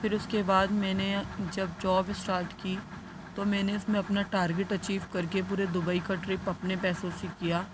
پھر اس کے بعد میں نے جب جاب اسٹارٹ کی تو میں نے اس میں اپنا ٹارگیٹ اچیو کر کے پورے دبئی کا ٹرپ اپنے پیسوں سے کیا